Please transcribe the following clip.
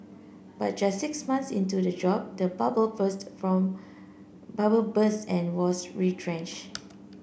but just six months into the job the bubble burst from bubble burst and was retrenched